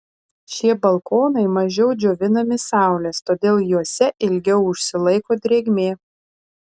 šie balkonai mažiau džiovinami saulės todėl juose ilgiau užsilaiko drėgmė